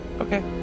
Okay